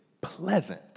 pleasant